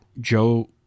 Joe